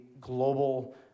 global